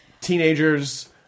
teenagers